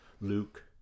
Luke